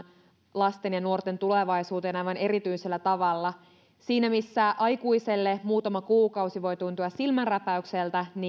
lasten ja nuorten tulevaisuuteen aivan erityisellä tavalla siinä missä aikuiselle muutama kuukausi voi tuntua silmänräpäykseltä